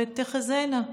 והן תחזינה.